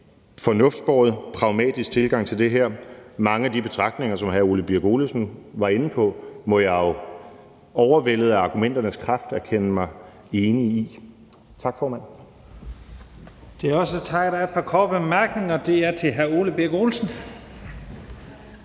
fornuftsbåren, pragmatisk tilgang til det her. Mange af de betragtninger, som hr. Ole Birk Olesen var inde på, må jeg jo – overvældet af argumenternes kraft – erkende mig enig i. Tak, formand. Kl. 14:37 Første næstformand (Leif Lahn Jensen): Der er et par korte bemærkninger. Den første er fra hr. Ole Birk Olesen.